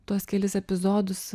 tuos kelis epizodus